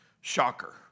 Shocker